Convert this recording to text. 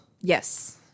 Yes